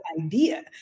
idea